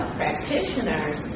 practitioners